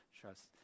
trust